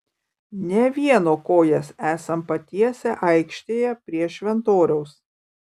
ne vieno kojas esam patiesę aikštėje prie šventoriaus